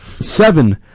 Seven